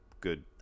Good